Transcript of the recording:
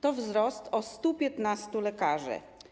To wzrost o 115 lekarzy.